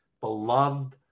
beloved